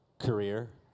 career